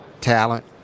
talent